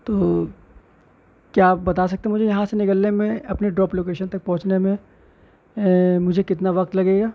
تو کیا آپ بتا سکتے ہیں مجھے یہاں سے نکلنے میں اپنے ڈروپ لوکیشن تک پہنچے میں مجھے کتنا وقت لگے گا